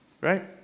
Right